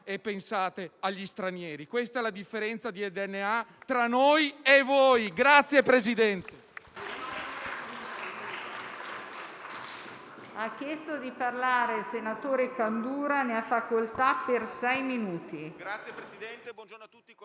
e pensate agli stranieri. Questa è la differenza, nel DNA, tra noi e voi!